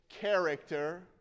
character